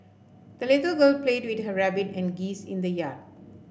the little girl played with her rabbit and geese in the yard